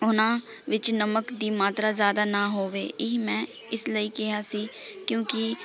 ਉਹਨਾਂ ਵਿੱਚ ਨਮਕ ਦੀ ਮਾਤਰਾ ਜ਼ਿਆਦਾ ਨਾ ਹੋਵੇ ਇਹ ਮੈਂ ਇਸ ਲਈ ਕਿਹਾ ਸੀ ਕਿਉਂਕਿ